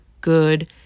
good